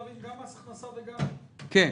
מס הכנסה וגם -- כן,